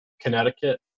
Connecticut